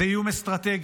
זה איום אסטרטגי.